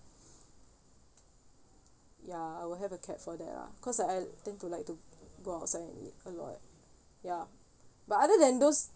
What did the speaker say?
ya I will have a cap for that lah cause I I tend to like to go outside and eat a lot ya but other than those